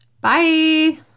Bye